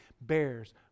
bears